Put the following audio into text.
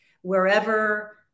wherever